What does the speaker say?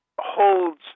holds